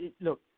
look